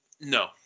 no